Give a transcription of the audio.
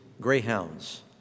greyhounds